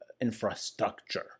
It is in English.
infrastructure